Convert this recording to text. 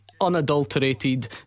unadulterated